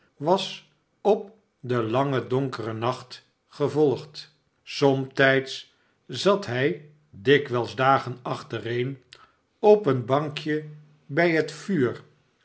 was op den langen donkeren nacht gevolgd somtijds zat hij dikwijls dagen achtereen op een bankje bij het vuur